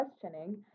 questioning